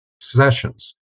sessions